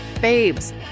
babes